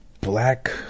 black